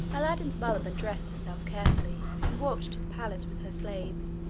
aladdin's mother then dressed herself carefully, and walked to the palace with her slaves,